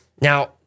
Now